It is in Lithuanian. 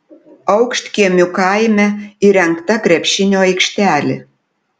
aukštkiemių kaime įrengta krepšinio aikštelė